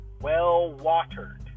well-watered